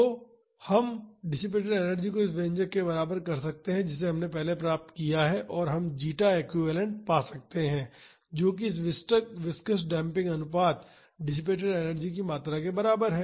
तो हम dissipated energy को इस व्यंजक के बराबर कर सकते हैं जिसे हमने पहले प्राप्त किया है और हम जीटा एक्विवैलेन्ट पा सकते हैं जो कि इस विस्कॉस डेम्पिंग अनुपात डिसिपेटड एनर्जी की मात्रा के बराबर है